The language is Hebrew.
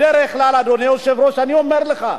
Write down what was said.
בדרך כלל, אדוני היושב-ראש, אני אומר לך,